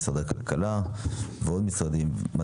וביניהם משרד הכלכלה ומשרדים נוספים,